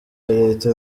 leta